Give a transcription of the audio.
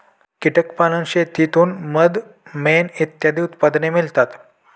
कीटक पालन शेतीतून मध, मेण इत्यादी उत्पादने मिळतात